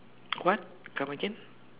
what come again